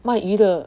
卖鱼的